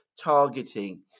targeting